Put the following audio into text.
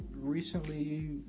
recently